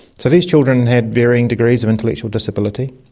so these children had varying degrees of intellectual disability.